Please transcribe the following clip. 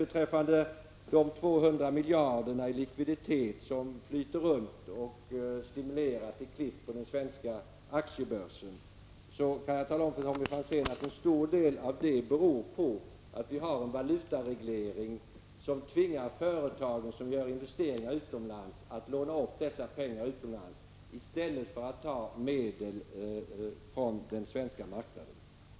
Beträffande de 200 miljarder i likviditet som flyter runt och stimulerar till klipp på den svenska aktiebörsen kan jag tala om för Tommy Franzén att en stor del av dem beror på att vi har en valutareglering, som tvingar de företag som gör investeringar utomlands att låna upp pengar härtill utanför Sverige, i stället för att ta medel härför från den svenska marknaden.